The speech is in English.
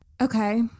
Okay